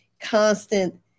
constant